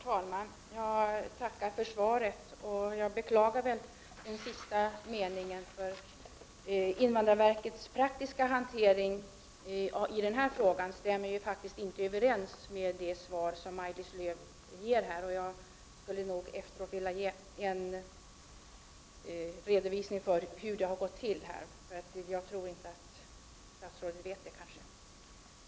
Herr talman! Jag tackar för svaret. Jag beklagar den sista meningen i statsrådets svar. Invandrarverkets praktiska hantering av den här frågan stämmer inte överens med det svar som Maj-Lis Lööw här ger. Jag skulle vilja ge en redovisning för hur det har gått till. Jag tror att statsrådet kanske inte vet det.